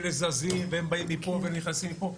אלה זזים והם באים מפה ונכנסים מפה,